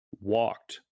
walked